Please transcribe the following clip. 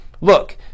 Look